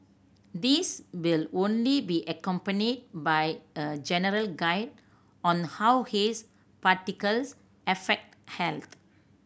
these will only be accompanied by a general guide on how haze particles affect health